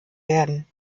werden